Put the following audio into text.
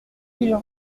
ils